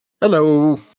Hello